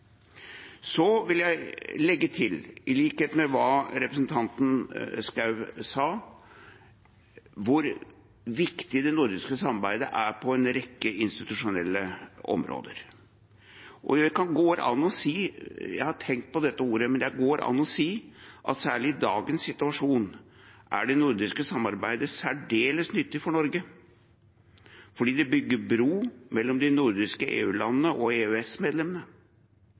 Så vil jeg legge til, i likhet med det representanten Schou sa, hvor viktig det nordiske samarbeidet er på en rekke institusjonelle områder. Og det går an å si – jeg har tenkt på disse ordene – at særlig i dagens situasjon er det nordiske samarbeidet særdeles nyttig for Norge, fordi det bygger bro mellom de nordiske EU-landene og